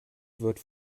wird